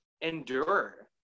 endure